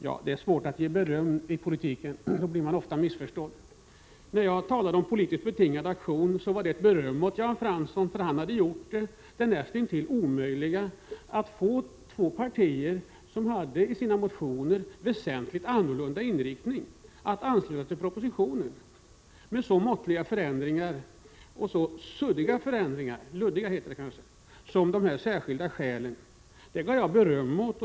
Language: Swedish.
Ja, det är svårt att ge beröm i politiken. Då blir man ofta missförstådd. När jag talade om en politiskt betingad aktion var det beröm åt Jan Fransson. Han har gjort det näst intill omöjliga att få två partier — som hade väsentligt annorlunda inriktningar i sina motioner — att ansluta sig till propositionen, med måttliga och luddiga förändringar som de här särskilda skälen. Det gav jag beröm åt.